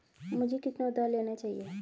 मुझे कितना उधार लेना चाहिए?